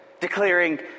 declaring